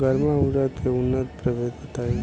गर्मा उरद के उन्नत प्रभेद बताई?